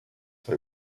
bei